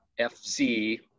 FZ